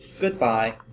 Goodbye